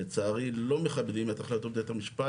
לצערי לא מכבדים את החלטות בית המשפט